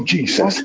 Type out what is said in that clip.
Jesus